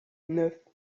neuf